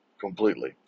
completely